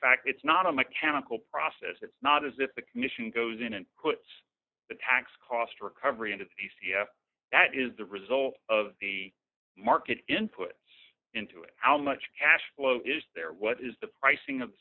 fact it's not a mechanical process it's not as if the commission goes in and puts the tax cost recovery into the c f that is the result of the market inputs into it how much cash flow is there what is the pricing of the